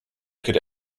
could